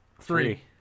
Three